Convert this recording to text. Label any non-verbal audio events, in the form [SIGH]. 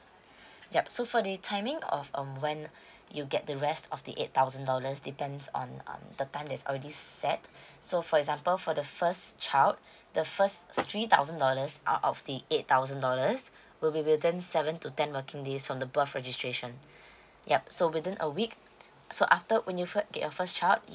yup so for the timing of um when you get the rest of the eight thousand dollars depends on um the time that is already set [BREATH] so for example for the first child the first three thousand dollars out of the eight thousand dollars will be within seven to ten working days from the birth registration yup so within a week so after when you fir~ get your first child